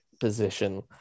position